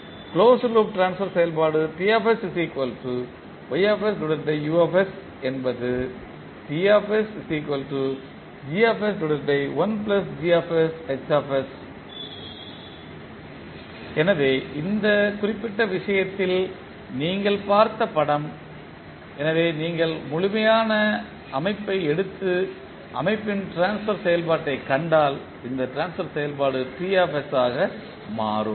closed loop transfer செயல்பாடு என்பது எனவே இந்த குறிப்பிட்ட விஷயத்தில் நீங்கள் பார்த்த படம் எனவே நீங்கள் முழுமையான அமைப்பை எடுத்து அமைப்பின் ட்ரான்ஸ்பர் செயல்பாட்டைக் கண்டால் இந்த ட்ரான்ஸ்பர் செயல்பாடு T ஆக மாறும்